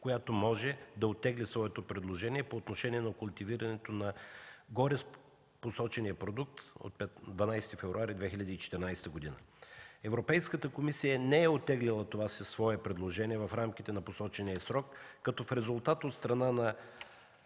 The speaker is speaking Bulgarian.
която може да оттегли своето предложение по отношение на култивирането на горепосочения продукт от 12 февруари 2014 г. Европейската комисия не е оттеглила това свое предложение в рамките на посочения срок, като в резултат от страна на